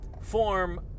form